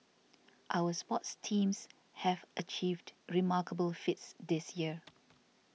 our sports teams have achieved remarkable feats this year